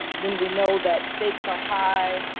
when we know that stakes are high.